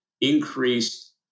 increased